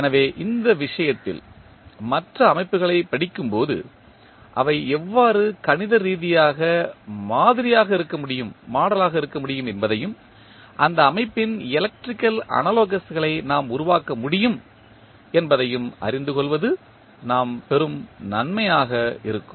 எனவே இந்த விஷயத்தில் மற்ற அமைப்புகளைப் படிக்கும்போது அவை எவ்வாறு கணித ரீதியாக மாதிரியாக இருக்க முடியும் என்பதையும் அந்த அமைப்பின் எலக்ட்ரிக்கல் அனாலோகஸ்களை நாம் உருவாக்க முடியும் என்பதையும் அறிந்து கொள்வது நாம் பெறும் நன்மையாக இருக்கும்